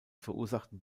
verursachten